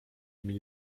mieli